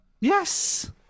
Yes